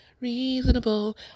Reasonable